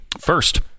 First